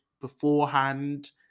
beforehand